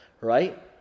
right